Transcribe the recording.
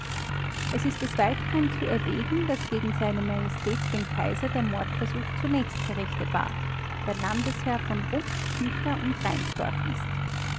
es ist des weiteren zu erwägen daß gegen se majestät den kaiser der mordversuch zunächst gerichtet war der landesherr von rupsch küchler und reinsdorf ist